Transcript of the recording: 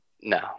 No